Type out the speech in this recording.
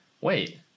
wait